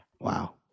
Wow